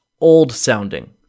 old-sounding